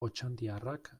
otxandiarrak